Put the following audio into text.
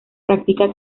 práctica